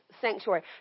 sanctuary